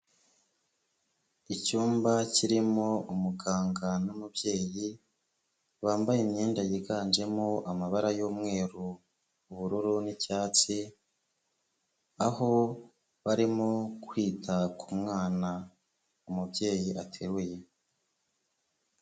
Icyumba kirimo umuganga n'umubyeyi bambaye imyenda yiganjemo amabara y'umweru, ubururu, n'icyatsi. Aho barimo kwita ku mwana umubyeyi ateruye.